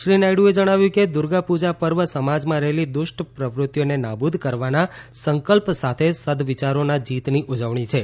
શ્રી નાયડુએ જણાવ્યું છે કે દુર્ગાપુજા પર્વ સમાજમાં રહેલી દુષ્ટ પ્રવૃતિઓને નાબુદ કરવાના સંકલ્પ સાથે સદવિયારોના જીતની ઉજવણી છે